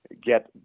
get